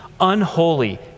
unholy